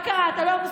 מה קרה, אתה לא מסוגל?